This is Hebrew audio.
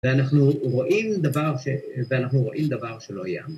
ואנחנו רואים דבר שלא יהיה אמיתי